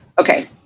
okay